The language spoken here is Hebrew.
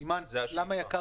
לגבי השאלה למה יקר